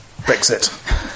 Brexit